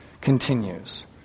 continues